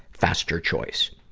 faster choice.